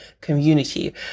community